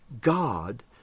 God